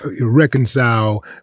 reconcile